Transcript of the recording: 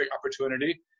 opportunity